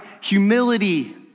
Humility